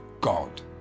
God